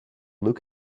luke